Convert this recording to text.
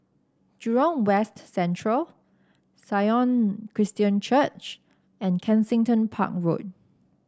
Jurong West Central Sion Christian Church and Kensington Park Road